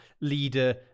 leader